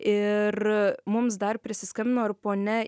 ir mums dar prisiskambino ir ponia